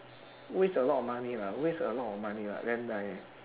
waste a lot of money lah waste a lot of money lah then like